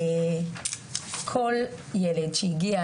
כל ילד שהגיע